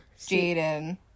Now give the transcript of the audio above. Jaden